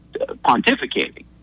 pontificating